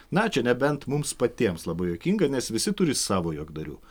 na čia nebent mums patiems labai juokinga nes visi turi savo juokdarių